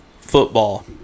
football